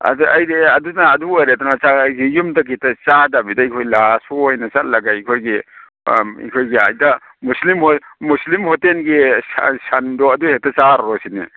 ꯑꯗ ꯑꯩꯗꯤ ꯑꯗꯨꯅ ꯑꯗꯨ ꯑꯣꯏꯔꯦꯗꯅ ꯌꯨꯝꯗꯒꯤ ꯆꯥꯗꯕꯤꯗ ꯑꯩꯈꯣꯏ ꯂꯥꯁ ꯁꯣ ꯑꯣꯏꯅ ꯆꯠꯂꯒ ꯑꯩꯈꯣꯏꯒꯤ ꯑꯩꯈꯣꯏꯒꯤ ꯍꯦꯛꯇ ꯃꯨꯁꯂꯤꯝ ꯃꯨꯁꯂꯤꯝ ꯍꯣꯇꯦꯜꯒꯤ ꯁꯟꯗꯣ ꯑꯗꯨ ꯍꯦꯛꯇ ꯆꯥꯔꯨꯔꯁꯤꯅꯦ